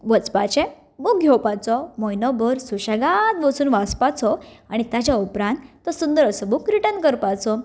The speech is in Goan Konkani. वचपाचें बुक घेवपाचो म्हयनो भर सुशेगाद बसून वाचपाचो आनी ताचे उपरांत तो सुंदर असो बूक रिटन करपाचो